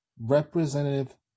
representative